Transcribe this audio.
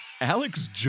Alex